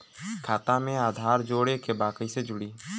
खाता में आधार जोड़े के बा कैसे जुड़ी?